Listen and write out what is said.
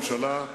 ראשי ממשלה,